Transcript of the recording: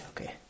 Okay